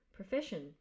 profession